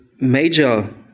major